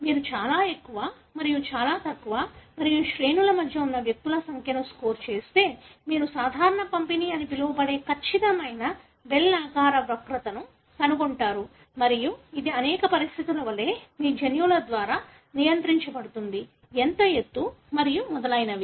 మీరు చాలా ఎక్కువ మరియు చాలా తక్కువ మరియు శ్రేణుల మధ్య ఉన్న వ్యక్తుల సంఖ్యను స్కోర్ చేస్తే మీరు సాధారణ పంపిణీ అని పిలువబడే ఖచ్చితమైన బెల్ ఆకార వక్రతను కనుగొంటారు మరియు ఇది అనేక పరిస్థితుల వలె మీ జన్యువుల ద్వారా నియంత్రించబడుతుంది ఎంత ఎత్తు మరియు మొదలైనవి